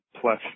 plus